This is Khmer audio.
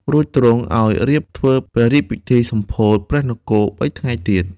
រួចទ្រង់ឲ្យរៀបធ្វើព្រះរាជពិធីសម្ពោធព្រះនគរ ៣ថ្ងៃទៀត